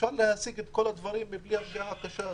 אפשר להשיג את כל הדברים בלי הפגיעה הקשה הזו.